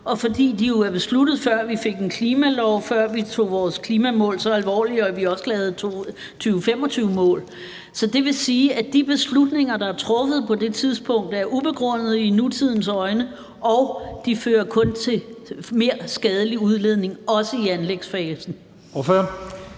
og fordi de jo er besluttet, før vi fik en klimalov, og før vi tog vores klimamål så alvorligt, at vi også lavede 2025-mål. Så det vil sige, at de beslutninger, der er truffet på det tidspunkt, er ubegrundet i nutidens øjne, og de fører kun til mere skadelig udledning, også i anlægsfasen.